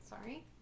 Sorry